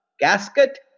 casket